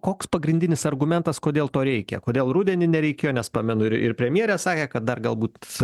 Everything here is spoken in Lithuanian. koks pagrindinis argumentas kodėl to reikia kodėl rudenį nereikėjo nes pamenu ir ir premjerė sakė kad dar galbūt